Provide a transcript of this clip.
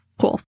Cool